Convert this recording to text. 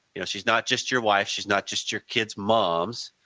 you know, she is not just your wife, she is not just your kid's mom, so